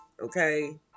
okay